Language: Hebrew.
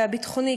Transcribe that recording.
והביטחוני,